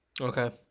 Okay